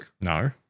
No